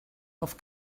auf